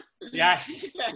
Yes